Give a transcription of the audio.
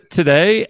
today